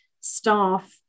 staff